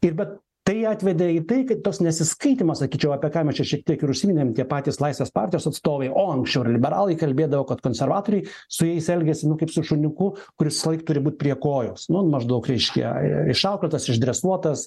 ir bet tai atvedė į tai kad tas nesiskaitymas sakyčiau apie ką mes šiek tiek ir užsiminėm tie patys laisvės partijos atstovai o anksčiau ir liberalai kalbėdavo kad konservatoriai su jais elgiasi nu kaip su šuniuku kuris visąlaik turi būt prie kojos nu maždaug reiškia išauklėtas išdresuotas